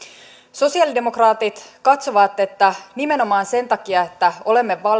sosialidemokraatit katsovat että nimenomaan sen takia että olemme